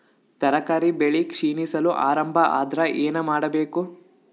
ತರಕಾರಿ ಬೆಳಿ ಕ್ಷೀಣಿಸಲು ಆರಂಭ ಆದ್ರ ಏನ ಮಾಡಬೇಕು?